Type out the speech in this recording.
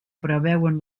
preveuen